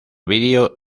video